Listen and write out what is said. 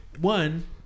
one